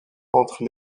entre